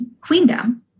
queendom